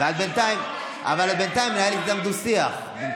אבל בינתיים את מנהלת איתם דו-שיח.